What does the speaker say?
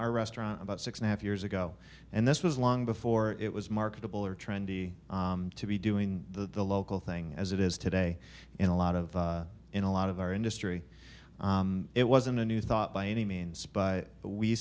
our restaurant about six and a half years ago and this was long before it was marketable or trendy to be doing the local thing as it is today in a lot of in a lot of our industry it wasn't a new thought by any means but we